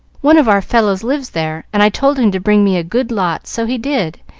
one of our fellows lives there, and i told him to bring me a good lot so he did,